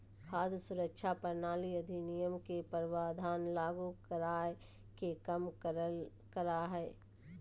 खाद्य सुरक्षा प्रणाली अधिनियम के प्रावधान लागू कराय के कम करा हइ